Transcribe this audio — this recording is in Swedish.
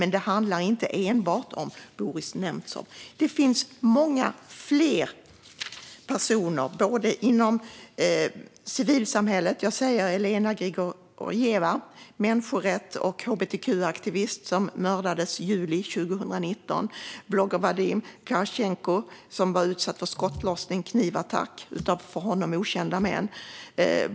Men det handlar inte enbart om Boris Nemtsov. Det finns många fler personer. Elena Grigorieva var en människorätts och hbtq-aktivist som mördades i juli 2019. Videobloggaren Vadim Kharchenko utsattes för skottlossning och knivattack av för honom okända män.